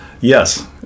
Yes